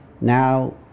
Now